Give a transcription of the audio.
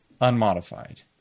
unmodified